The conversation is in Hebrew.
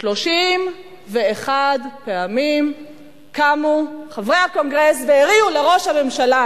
31 פעמים קמו חברי הקונגרס והריעו לראש הממשלה,